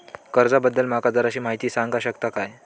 कर्जा बद्दल माका जराशी माहिती सांगा शकता काय?